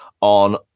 On